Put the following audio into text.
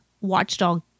watchdog